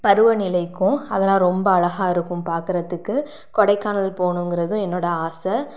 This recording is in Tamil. பருவநிலைக்கும் அதெல்லாம் ரொம்ப அழகாக இருக்கும் பார்க்குறதுக்கு கொடைக்கானல் போகணுங்குறதும் என்னோட ஆசை